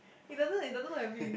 he doesn't he doesn't look happy